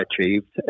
achieved